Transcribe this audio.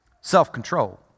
Self-control